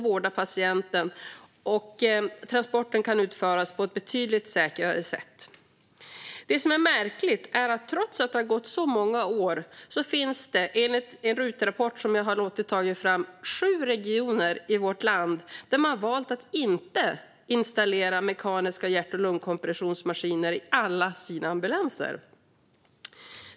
Transporten kan därmed utföras på ett betydligt säkrare sätt. Det som är märkligt är att trots att det har gått så många år finns det enligt en RUT-rapport sju regioner i vårt land där man har valt att inte installera mekaniska hjärt-lungkompressionsmaskiner i alla ambulanser.